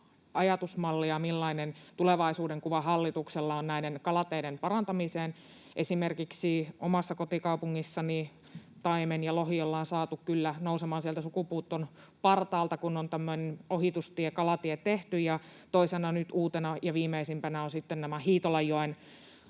ajatusmalli ja millainen tulevaisuudenkuva hallituksella on näiden kalateiden parantamiseen? Esimerkiksi omassa kotikaupungissani taimen ja lohi ollaan saatu kyllä nousemaan sieltä sukupuuton partaalta, kun on tehty tämmöinen ohitustie, kalatie. Ja toisena nyt uutena ja viimeisimpänä ovat sitten nämä Hiitolanjoen